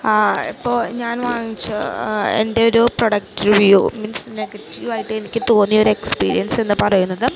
ഇപ്പോള് ഞാൻ വാങ്ങിച്ച എൻ്റെ ഒരു പ്രൊഡക്ട് റിവ്യൂ മീൻസ് നെഗറ്റീവായിട്ട് എനിക്ക് തോന്നിയൊരെക്സ്പീരിയൻസ് എന്നു പറയുന്നത്